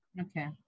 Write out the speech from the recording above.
Okay